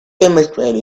demonstrate